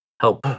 help